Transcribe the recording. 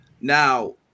Now